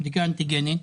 בדיקה אנטיגנית.